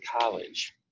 college